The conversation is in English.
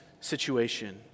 situation